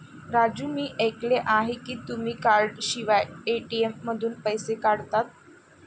राजू मी ऐकले आहे की तुम्ही कार्डशिवाय ए.टी.एम मधून पैसे काढता